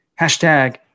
Hashtag